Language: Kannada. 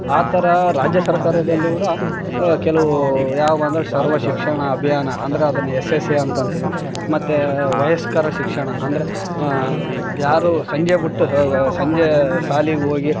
ಆ ಥರ ರಾಜ್ಯ ಸರ್ಕಾರದಲ್ಲಿ ಕೂಡ ಕೆಲವೂ ಯಾವ ಅಂದ್ರೆ ಸರ್ವಶಿಕ್ಷಣ ಅಭಿಯಾನ ಅಂದರೆ ಅದನ್ನು ಎಸ್ ಎಸ್ ಎ ಅಂತ ಅಂತೀವಿ ಮತ್ತು ವಯಸ್ಕರ ಶಿಕ್ಷಣ ಅಂದರೆ ಯಾರು ಸಂಜೆಬಿಟ್ಟು ಸಂಜೆ ಶಾಲೆಗ್ ಹೋಗಿ